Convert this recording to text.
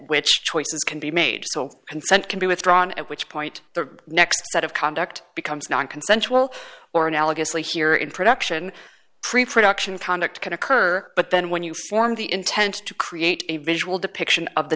which choices can be made so consent can be withdrawn at which point the next set of conduct becomes nonconsensual or analogously here in production preproduction conduct can occur but then when you form the intent to create a visual depiction of the